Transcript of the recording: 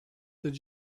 did